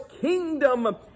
kingdom